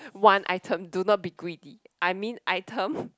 one item do not be greedy I mean item